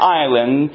island